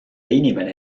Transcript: inimene